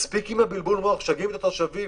מספיק עם בלבול המוח, משגעים את התושבים.